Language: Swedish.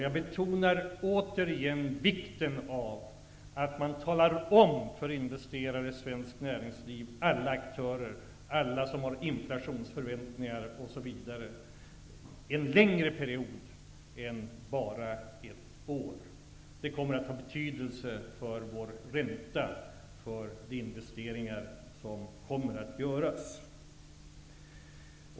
Jag betonar åter vikten av att investerare i svenskt näringsliv, alla aktörer, alla som har inflationsförväntningar osv. får information om en längre period än ett år. Det kommer att ha betydelse för vår ränta och för de investeringar som kommer att göras.